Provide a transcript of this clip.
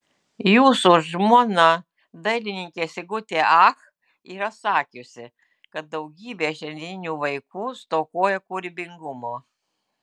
jūsų žmona dailininkė sigutė ach yra sakiusi kad daugybė šiandieninių vaikų stokoja kūrybingumo